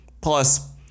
Plus